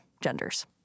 genders